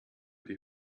die